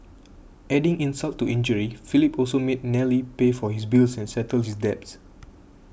adding insult to injury Philip also made Nellie pay for his bills and settle his debts